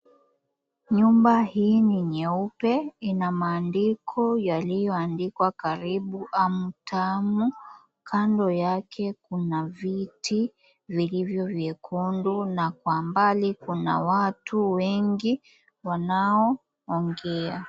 Nyumba hii ni nyeupe ina maandiko yaliyo andikwa, Karibu Amu Tamu. Kando yake, kuna viti vilivyovyekundu na kwa mbali kuna watu wengi wanaoongea.